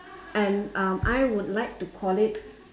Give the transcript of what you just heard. and um I would like to call it